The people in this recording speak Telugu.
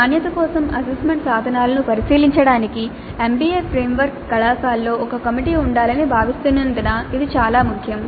నాణ్యత కోసం అసెస్మెంట్ సాధనాలను పరిశీలించడానికి ఎన్బిఎ ఫ్రేమ్వర్క్ కళాశాలల్లో ఒక కమిటీ ఉండాలని భావిస్తున్నందున ఇది చాలా ముఖ్యం